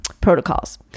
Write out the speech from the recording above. protocols